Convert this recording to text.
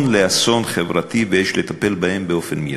לאסון חברתי ויש לטפל בהם באופן מיידי.